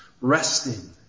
resting